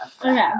Okay